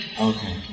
Okay